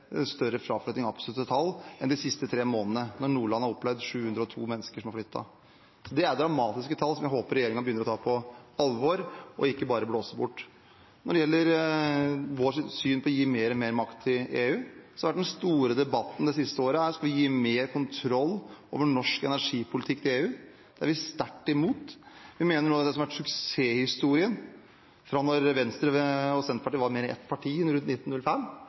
større fraflytting i absolutte tall enn i de siste tre månedene, da Nordland har opplevd at 702 mennesker har flyttet. Det er dramatiske tall som jeg håper at regjeringen begynner å ta på alvor og ikke bare blåser bort. Når det gjelder vårt syn på å gi mer og mer makt til EU, er den store debatten de siste årene om vi skal gi mer kontroll over norsk energipolitikk til EU. Det er vi sterkt imot. Vi mener at noe av det som har vært suksesshistorien, fra da Venstre og Senterpartiet var ett parti rundt 1905,